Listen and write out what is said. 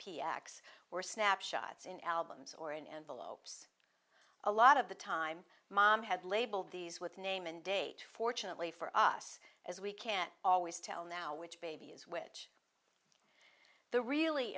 were snapshots in albums or in envelopes a lot of the time mom had labeled these with name and date fortunately for us as we can always tell now which baby is which the really